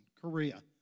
Korea